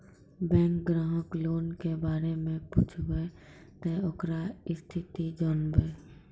Bank ग्राहक loan के बारे मैं पुछेब ते ओकर स्थिति जॉनब?